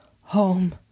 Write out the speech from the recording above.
Home